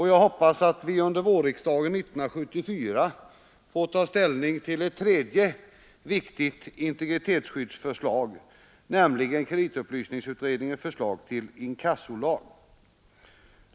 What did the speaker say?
Jag hoppas att vi under vårriksdagen 1974 får ta ställning till ett tredje viktigt integritetsskyddsförslag, nämligen kreditupplysningsutredningens förslag till inkassolag.